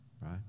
right